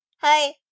Hi